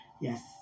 Yes